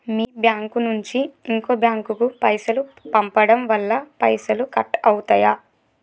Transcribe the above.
మీ bank నుంచి ఇంకో bank కు పైసలు పంపడం వల్ల పైసలు కట్ అవుతయా?